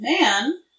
man